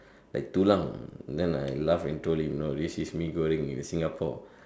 like tulang then I laugh and told him no this is Mee-Goreng in the Singapore